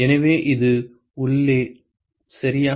எனவே இது உள்ளே சரியா